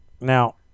Now